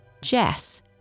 Jess